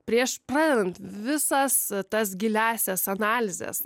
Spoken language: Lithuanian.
prieš pradedant visas tas giliąsias analizes